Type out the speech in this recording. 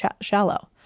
shallow